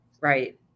right